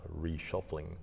reshuffling